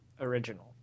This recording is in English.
original